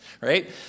right